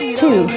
two